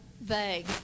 vague